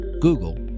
Google